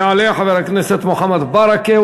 יעלה חבר הכנסת מוחמד ברכה,